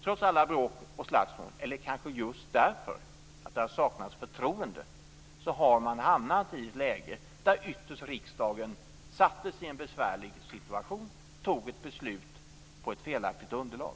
Trots alla bråk och slagsmål - eller kanske just därför att det har saknats förtroende - har man hamnat i ett läge där riksdagen ytterst sattes i en besvärlig situation och fattade ett beslut på ett felaktigt underlag.